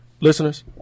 Listeners